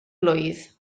blwydd